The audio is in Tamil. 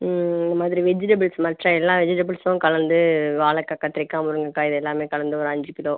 இது மாதிரி வெஜிடபிள்ஸ் மற்ற எல்லா வெஜிடபிள்ஸும் கலந்து வாழைக்காய் கத்திரிக்காய் முருங்கக்காய் இது எல்லாம் கலந்து ஒரு அஞ்சு கிலோ